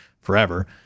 forever